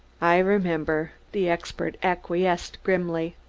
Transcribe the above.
i remember, the expert acquiesced grimly.